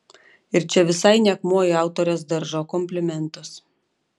ir čia visai ne akmuo į autorės daržą o komplimentas